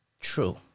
True